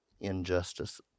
Injustice